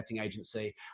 agency